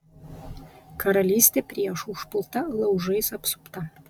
karalystė priešų užpulta laužais apsupta